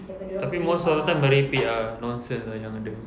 tapi most of the time merepek ah nonsense ah yang ada